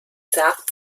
sagt